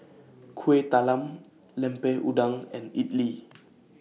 Kuih Talam Lemper Udang and Idly